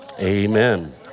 Amen